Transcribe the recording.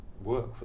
work